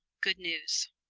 good news.